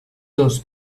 dos